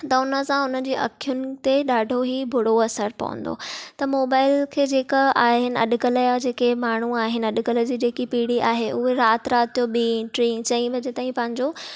त उनसां उनजी अखियुनि ते ॾाढो ई बुरो असरु पवंदो त मोबाइल खे जेका आहिनि अॼुकल्ह जा जेके माण्हू आहिनि अॼुकल्ह जी जेकी पीढ़ी आहे उहे राति राति जो ॿींं टीं चईं वजे ताईं पंहिंजो